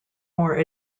more